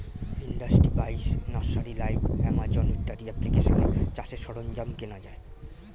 industry বাইশ, nursery live, Amazon ইত্যাদি অ্যাপ্লিকেশানে চাষের সরঞ্জাম কেনা যায়